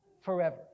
forever